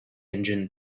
engine